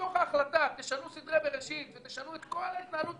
בתוך ההחלטה תשנו סדרי בראשית ותשנו את כל ההתנהלות